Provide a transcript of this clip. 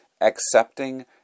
accepting